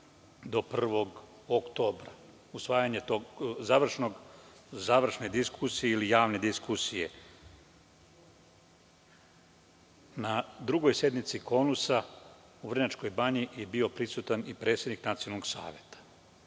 do 1. oktobra, usvajanje te završne diskusije ili javne diskusije. Na drugoj sednici KONUSA u Vrnjačkoj Banji je bio prisutan i predsednik Nacionalnog saveta,